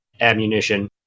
ammunition